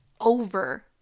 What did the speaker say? over